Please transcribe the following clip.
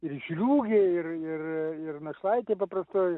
ir žliūgė ir ir ir našlaitė paprastoji